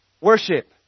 Worship